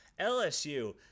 LSU